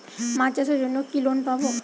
মাছ চাষের জন্য কি লোন পাব?